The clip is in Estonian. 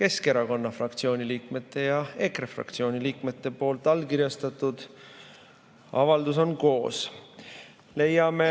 Keskerakonna fraktsiooni liikmete ja EKRE fraktsiooni liikmete allkirjastatud avaldus on koos. Leiame,